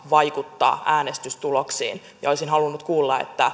vaikuttaa äänestystuloksiin olisin halunnut kuulla